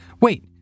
Wait